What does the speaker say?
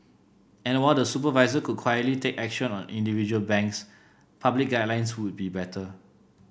and while the supervisor could quietly take action on individual banks public guidelines would be better